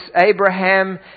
Abraham